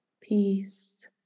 peace